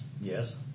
Yes